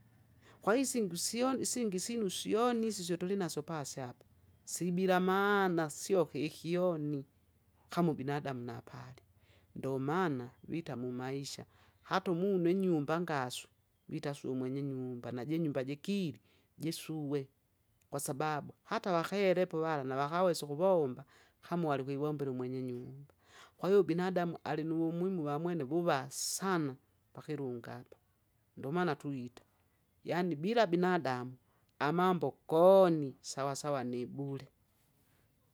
Kwai isingu syoni isingi isinu syoni isisyo tulinasyo pasi apa, sibila maana sio kikioni, kama ubinadamu napali, ndomaana vita mumaisha, hata umunu inyumba ngaswe, vita su mwenye nyumba najinyumba jikili, jisuwe kwasababu hata vakelepo wala nawakawesa ukuvomba kama walikwiwombela umwenyenyumba. Kwahiyo ubinamu alinuvumuhimu vamwene vuva sana pakilunga apa. Ndomana tuita yaani bila binadamu amambo goni sawasawa nibure.